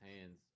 hands